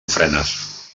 ofrenes